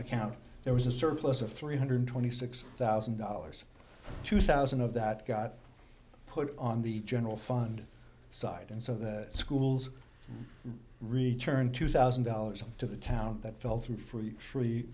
account there was a surplus of three hundred twenty six thousand dollars two thousand of that got put on the general fund side and so the schools return two thousand dollars to the town that fell through f